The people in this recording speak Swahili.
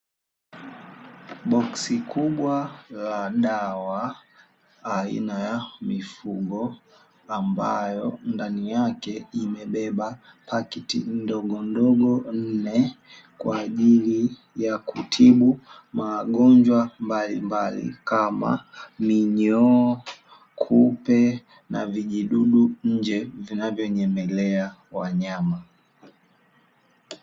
Boksi kubwa la dawa aina ya mifugo ambayo ndani yake imebeba pakiti ndogondogo nne, kwa ajili ya kutibu magonjwa mbalimbali kama minyoo kupe na vijidudu nje vinavyonyemelea wanyama.